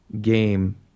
game